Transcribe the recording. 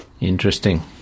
Interesting